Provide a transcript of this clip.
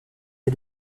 est